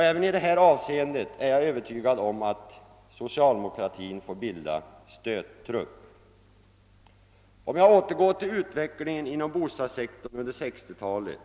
Även i det här avseendet är jag övertygad om att socialdemokratin får bilda stöttrupp. Låt mig återgå till utvecklingen inom bostadssektorn under 1960-talet.